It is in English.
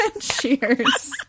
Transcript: Cheers